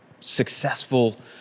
successful